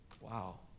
Wow